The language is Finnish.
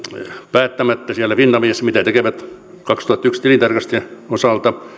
päättämättä siellä finaviassa mitä tekevät vuoden kaksituhattayksi tilintarkastajan osalta